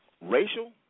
racial